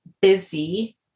busy